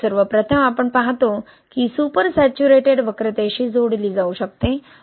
सर्व प्रथम आपण पाहतो की सुपर सैचुरेटेड वक्रतेशी जोडली जाऊ शकते